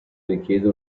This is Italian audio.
richiede